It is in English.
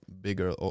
bigger